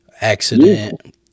accident